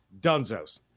Dunzos